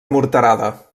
morterada